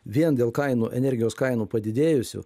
vien dėl kainų energijos kainų padidėjusių